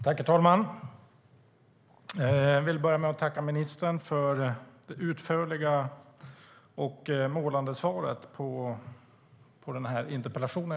Herr talman! Jag vill tacka ministern för det utförliga och målande svaret på interpellationen.